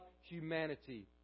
humanity